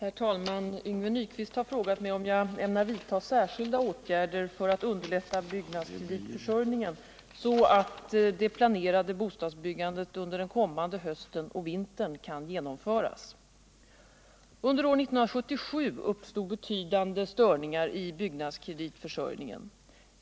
Herr talman! Yngve Nyquist har frågat mig om jag ämnar vidta särskilda åtgärder för att underlätta byggnadskreditförsörjningen, så att det planerade bostadsbyggandet under den kommande hösten och vintern kan genomföras. Under år 1977 uppstod betydande störningar i byggnadskreditförsörj ningen.